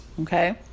Okay